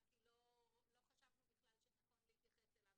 כי לא חשבנו בכלל שנכון להתייחס אליו.